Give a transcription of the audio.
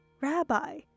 Rabbi